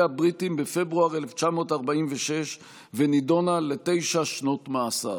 הבריטים בפברואר 1946 ונידונה לתשע שנות מאסר.